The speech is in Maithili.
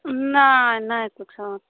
नहि नहि किछु होतै